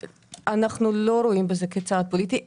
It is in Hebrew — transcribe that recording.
אנחנו לא רואים בזה צעד פוליטי.